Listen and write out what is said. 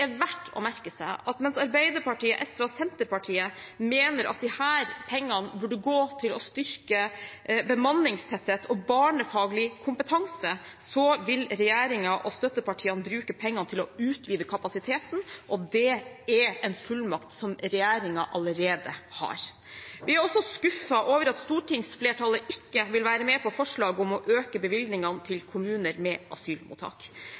er verdt å merke seg at mens Arbeiderpartiet, SV og Senterpartiet mener at disse pengene burde gå til å styrke bemanningstetthet og barnefaglig kompetanse, vil regjeringen og støttepartiene bruke pengene til å utvide kapasiteten, og det er en fullmakt som regjeringen allerede har. Vi er også skuffet over at stortingsflertallet ikke vil være med på forslag om å øke bevilgningene til kommuner med asylmottak. Vi registrerer at flere kommuner nå vegrer seg mot etablering av asylmottak